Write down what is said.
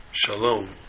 Shalom